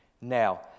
Now